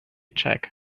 check